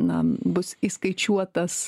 na bus įskaičiuotas